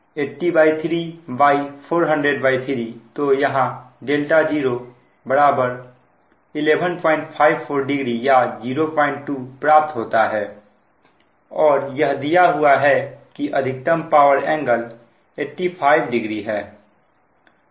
तो यहां 0 11540 या 02 प्राप्त होता है और यह दिया हुआ है कि अधिकतम पावर एंगल 850 है